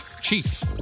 Chief